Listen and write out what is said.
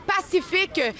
pacifique